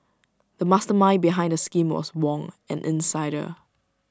the mastermind behind the scheme was Wong an insider